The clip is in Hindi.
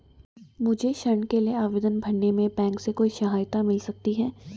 मुझे ऋण के लिए आवेदन भरने में बैंक से कोई सहायता मिल सकती है?